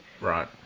Right